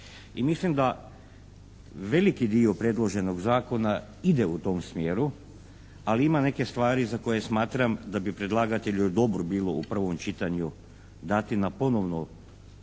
mislim da veliki dio predloženog Zakona ide u tom smjeru, ali ima neke stvari za koje smatram da bi predlagatelju dobro bilo u prvom čitanju dati na ponovno